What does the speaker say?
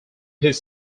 his